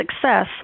success